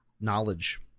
knowledge